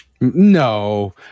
No